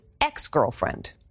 ex-girlfriend